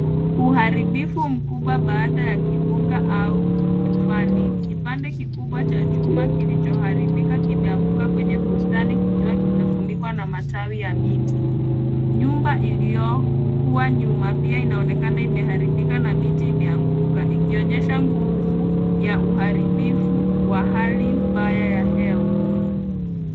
Uharibifu mkubwa baada ya kimbunga au tufani. Kipande kikubwa cha chuma kilichoharibika kimeanguka kwenye bustani kikiwa kimefunikwa na matawi ya miti. Nyumba iliyokuwa nyuma pia inaonekana imeharibika na miti imeanguka ikionyesha nguvu ya uharibifu wa hali mbaya ya hewa.